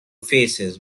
faces